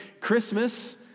Christmas